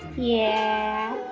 yeah!